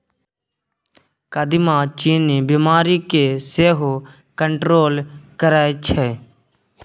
कदीमा चीन्नी बीमारी केँ सेहो कंट्रोल करय छै